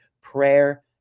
prayer